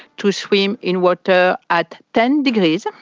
to swim in water at ten degrees.